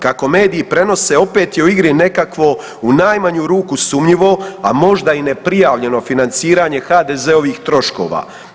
Kako mediji prenose opet je u igri nekakvo u najmanju ruku sumnjivo, a možda i neprijavljeno financiranje HDZ-ovih troškova.